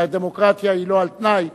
שהדמוקרטיה היא לא על-תנאי,